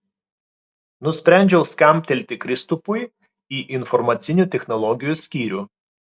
nusprendžiau skambtelti kristupui į informacinių technologijų skyrių